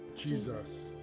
Jesus